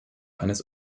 eines